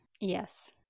Yes